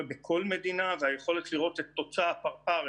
בכל מדינה והיכולת לראות את תוצר הפרפר,